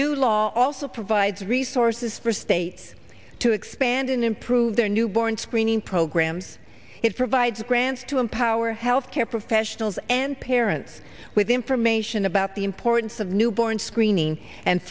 new law also provides resources for states to expand and improve their newborn screening programs it provides grants to empower health care professionals and parents with information about the importance of newborn screening and